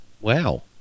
Wow